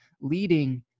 leading